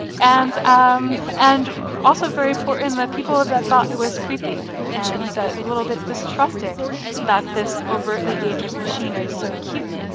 and um and also very important and that people that thought it was creepy, ah and a little bit distrusting that this overtly dangerous machine is so cute.